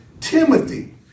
Timothy